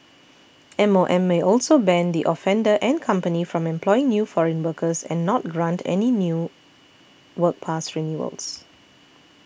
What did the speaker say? M O M may also ban the offender and company from employing new foreign workers and not grant any new work pass renewals